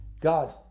God